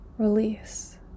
release